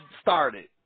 started